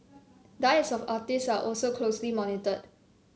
diets of artistes are also closely monitored